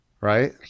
right